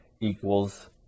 equals